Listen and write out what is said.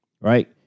right